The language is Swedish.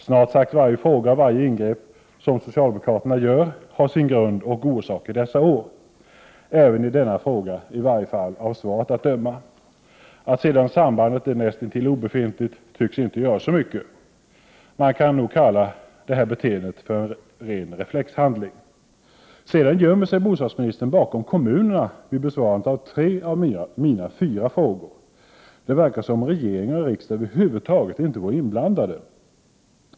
Snart sagt varje fråga och varje ingrepp som socialdemokraterna gör har sin grund och orsak i dessa år, så även i denna fråga, åtminstone av svaret att döma. Att sedan sambandet är näst intill obefintligt tycks inte göra så mycket. Man kan nog kalla det här beteendet för en ren reflexhandling. Bostadsministern gömmer sig bakom kommunerna vid besvarandet av tre av mina fyra frågor. Det verkar som om regering och riksdag över huvud taget inte vore inblandade.